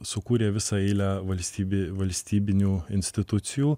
sukūrė visą eilę valstybei valstybinių institucijų